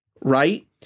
right